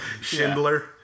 Schindler